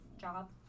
job